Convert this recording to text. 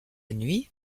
nuit